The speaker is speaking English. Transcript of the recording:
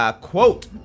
Quote